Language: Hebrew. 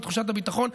את תחושת הביטחון.